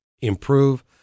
improve